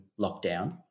lockdown